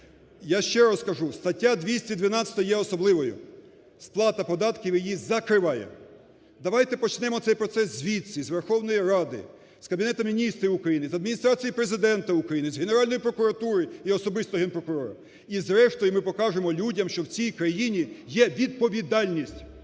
Я ще раз кажу, стаття 212 є особливою. Сплата податків її закриває. Давайте почнемо цей процес звідси, з Верховної Ради, з Кабінету Міністрів України, з Адміністрації Президента України, з Генеральної прокуратури і особисто Генпрокурора, і, зрештою, ми покажемо людям, що в цій країні є відповідальність,